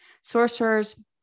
Sorcerers